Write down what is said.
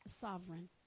sovereign